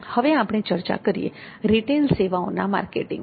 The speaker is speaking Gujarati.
હવે આપણે ચર્ચા કરીએ રીટેલ સેવાઓના માર્કેટિંગની